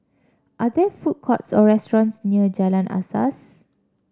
are there food courts or restaurants near Jalan Asas